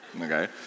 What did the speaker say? Okay